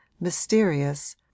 mysterious